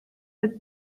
but